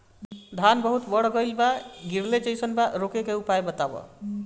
धान बहुत बढ़ गईल बा गिरले जईसन बा रोके क का उपाय बा?